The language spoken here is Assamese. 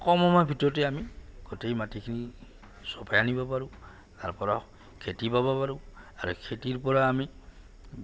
কম সমৰ ভিতৰতে আমি গোটেই মাটিখিনি চপাই আনিব পাৰোঁ তাৰপৰা খেতি পাব পাৰোঁ আৰু খেতিৰ পৰা আমি